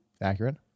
accurate